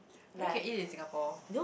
I mean can eat in Singapore